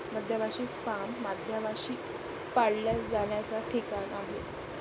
मधमाशी फार्म मधमाश्या पाळल्या जाण्याचा ठिकाण आहे